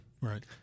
Right